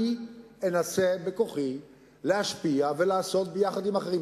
אני אנסה בכוחי להשפיע ולעשות, ביחד עם אחרים.